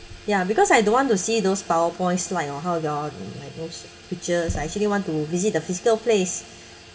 ya because I don't want to see those powerpoint slide know how your like those pictures I actually want to visit the physical place